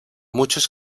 muchos